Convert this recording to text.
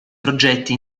progetti